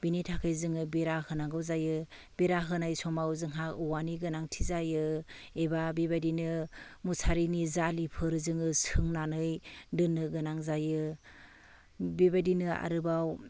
बेनि थाखाय जोङो बेरा होनांगौ जायो बेरा होनाय समाव जोंहा औवानि गोनांथि जायो एबा बेबायदिनो मुसारिनि जालिफोर जोङो सोंनानै दोननो गोनां जायो बेबायदिनो आरोबाव